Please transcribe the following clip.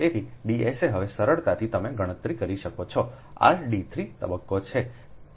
તેથી D sa હવે સરળતાથી તમે ગણતરી કરી શકો છો r d 3 તબક્કો છે